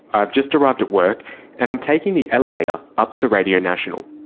i've just arrived at work and i'm taking the elevator up to radio national.